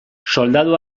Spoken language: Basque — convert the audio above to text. soldadu